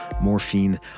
morphine